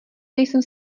nejsem